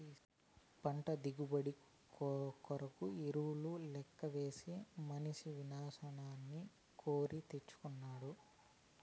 పంట దిగుబడి కోసరం ఎరువు లెక్కవేసి మనిసి వినాశం కోరి తెచ్చుకొనినాడు